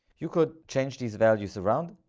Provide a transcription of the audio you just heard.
you could change these values around,